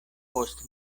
post